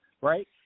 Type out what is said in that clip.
right